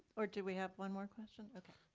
or, do we have one more question, okay.